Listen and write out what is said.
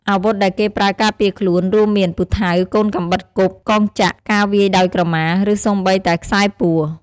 អាវុធដែលគេប្រើការពារខ្លួន រួមមាន ពូថៅ កូនកាំបិតគប់ កងចក្រ ការវាយដោយក្រមា ឬសូម្បីតែខ្សែពួរ។